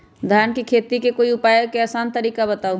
धान के खेती के कोई आसान तरिका बताउ?